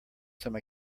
some